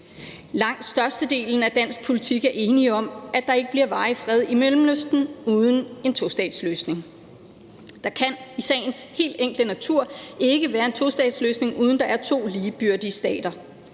Langt de fleste i dansk politik er enige om, at der ikke bliver varig fred i Mellemøsten uden en tostatsløsning. der kan i sagens natur ikke være en tostatsløsning, uden at der er to ligeværdige stater.